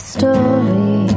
Story